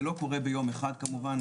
זה לא קורה ביום אחד כמובן,